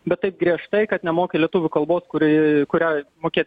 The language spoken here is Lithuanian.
bet taip griežtai kad nemoki lietuvių kalbos kuri kurią mokėt